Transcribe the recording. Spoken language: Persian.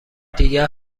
دیگر